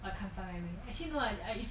I confinement actually go I